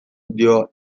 dio